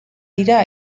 dira